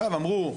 אמרו,